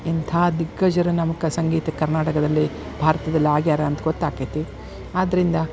ಎಂಥಾ ದಿಗ್ಗಜರನ್ನು ನಮ್ಮ ಸಂಗೀತಕ್ಕೆ ಕರ್ನಾಟಕದಲ್ಲಿ ಭಾರತದಲ್ಲಿ ಆಗ್ಯಾರ ಅಂತ ಗೊತ್ತಾಕೇತಿ ಆದ್ದರಿಂದ